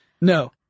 No